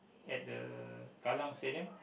at the Kallang Stadium